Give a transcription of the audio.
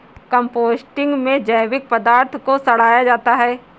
composting में जैविक पदार्थ को सड़ाया जाता है